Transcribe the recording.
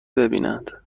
ببینند